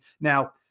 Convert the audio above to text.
Now